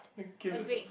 then kill yourself